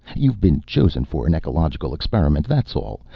you've been chosen for an ecological experiment, that's all.